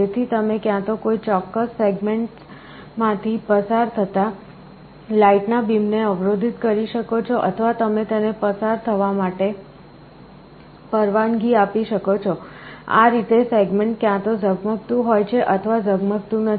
તેથી તમે ક્યાં તો કોઈ ચોક્કસ સેગમેન્ટમાંથી પસાર થતા લાઈટના બીમને અવરોધિત કરી શકો છો અથવા તમે તેને પસાર થવા માટે પરવાનગી આપી શકો છો આ રીતે સેગમેન્ટ ક્યાં તો ઝગમગતું હોય છે અથવા ઝગમગતું નથી